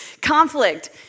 Conflict